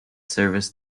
service